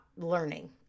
Learning